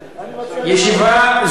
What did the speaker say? המליאה...